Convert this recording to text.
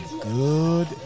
good